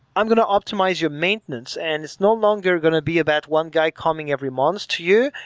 i'm going to optimize your maintenance and it's no longer going to be about one guy coming every month to you.